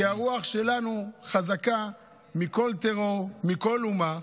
כי הרוח שלנו חזקה מכל טרור, מכל אומה,